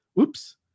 oops